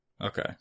Okay